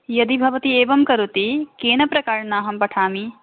यदि भवती एवं करोति केन प्रकारेण अहं पठामि